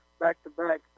back-to-back